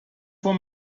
von